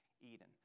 Eden